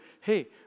hey